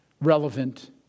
relevant